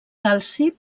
calci